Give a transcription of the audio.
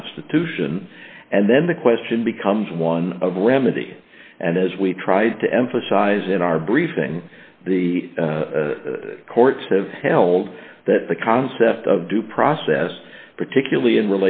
constitution and then the question becomes one of remedy and as we tried to emphasize in our briefing the courts have held that the concept of due process particularly in